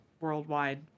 worldwide